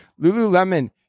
Lululemon